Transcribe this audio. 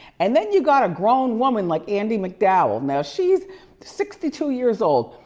and then you got a grown woman like andie macdowell. now she's sixty two years old.